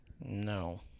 No